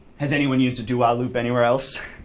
has anyone used a do-while loop anywhere else?